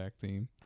theme